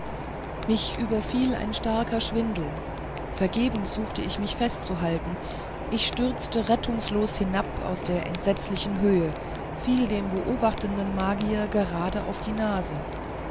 mich überfiel ein starker schwindel vergebens suchte ich mich festzuhalten ich stürzte rettungslos hinab aus der entsetzlichen höhe fiel dem beobachtenden magier gerade auf die nase